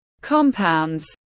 compounds